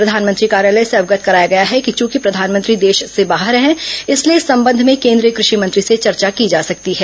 प्रधानमंत्री कार्यालय से अवगत कराया गया है कि चूंकि प्रधानमंत्री देश से बाहर है इसलिए इस संबंध में केंद्रीय कृषि मंत्री से चर्चा की जा सकती है